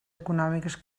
econòmiques